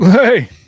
Hey